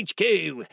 HQ